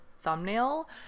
thumbnail